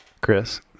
chris